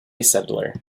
settler